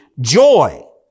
joy